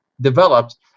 developed